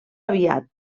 aviat